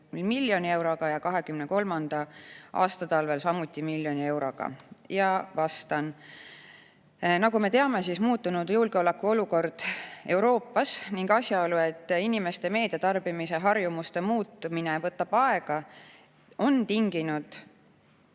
miljoni euroga ja 2023. aasta talvel samuti miljoni euroga." Ja vastan. Nagu me teame, muutunud julgeolekuolukord Euroopas ning asjaolu, et inimeste meediatarbimise harjumuste muutmine võtab aega, on tinginud